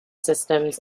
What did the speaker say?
systems